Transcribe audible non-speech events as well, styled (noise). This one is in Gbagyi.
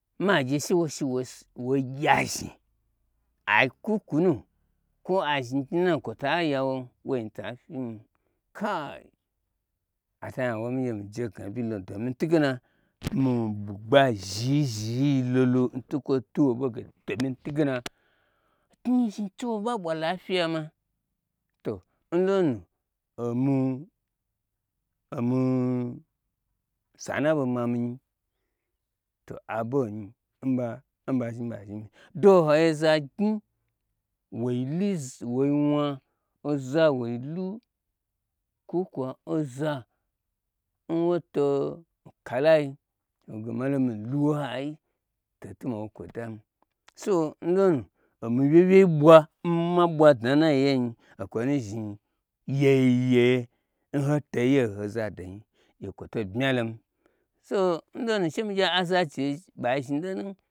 Ma gye she wo shi woi gye a zhni ai kwu kwu nu kwo ai zhni knyi nu a kwota yawom woin ta fyim kai ata zhni awomi ngye mi je gna ɓyi lon domin ntungena mi n bwugba zhi zhi lolo n tu kwoi tu n woɓoge domin tugena (noise) knyi zhni to wo ɓa ɓwa lai fyi yam ma to n lo nu omi (hesitation) sa na ɓo mami to aɓo nu nɓa zhni ɓa zhni doho hagye zagnyi woi liz woi wna oza woi lu kwo kwa oza n woto n kalai ma gna ge malo mi luwo n hai to toma wo kwoi damin so n lonu omi wyei wyei ɓwa n ma ɓwa dna n na nyi ye nyi okwonu zhni ye ye n hoto ye n ho zadoyim kwoto bmyalom so nlonu shemi gye azaje zhni ɓei zhni